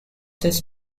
this